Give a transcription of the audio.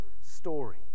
story